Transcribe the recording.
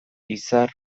izar